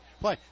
play